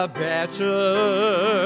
better